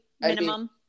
minimum